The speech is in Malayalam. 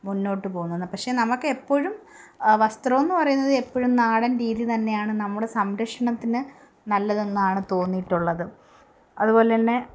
മുന്നോട്ട് പോകുന്നത് പക്ഷെ നമുക്കെപ്പോഴും വസ്ത്രമെന്നു പറയുന്നത് എപ്പോഴും നാടൻ രീതി തന്നെയാണ് നമ്മുടെ സംരക്ഷണത്തിന് നല്ലതു തന്നെയാണ് തോന്നിയിട്ടുള്ളത് അതു പോലെ തന്നെ